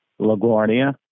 LaGuardia